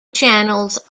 channels